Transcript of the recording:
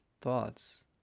thoughts